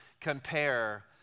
compare